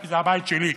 כי זה הבית שלי,